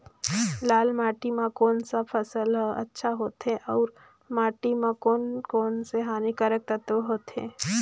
लाल माटी मां कोन सा फसल ह अच्छा होथे अउर माटी म कोन कोन स हानिकारक तत्व होथे?